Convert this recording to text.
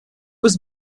was